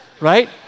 Right